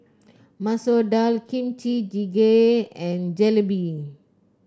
Masoor Dal Kimchi Jjigae and Jalebi